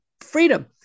freedom